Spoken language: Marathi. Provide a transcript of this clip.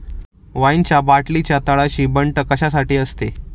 वाईनच्या बाटलीच्या तळाशी बंट कशासाठी असते?